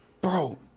Bro